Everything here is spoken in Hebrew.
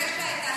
שיש לה את האחוז,